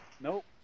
Nope